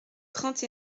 trente